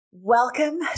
Welcome